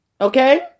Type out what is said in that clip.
Okay